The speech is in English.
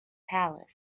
palace